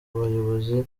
bayobozi